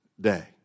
day